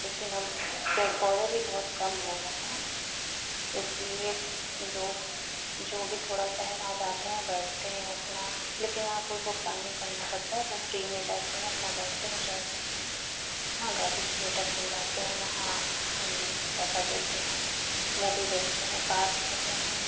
लेकिन अब पेड़ पौधे भी बहुत कम हो गए हैं इसलिए लोग जो भी थोड़ा सा है वहाँ जाते हैं बैठते हैं अपना लेकिन वहाँ कोई भुगतान नहीं करना पड़ता है वो फ़्री में जाते हैं अपना बैठते हैं इन्जॉय करते हैं हाँ गाजीपुर थिएटर में हम जाते हैं वहाँ हम पैसा देते हैं तब मूबी देखते हैं पार्क है तो वहाँ हम